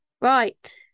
Right